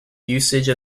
usage